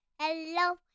hello